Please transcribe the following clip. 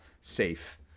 safe